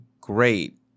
great